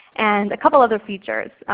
and a couple other features.